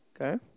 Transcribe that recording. Okay